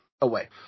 away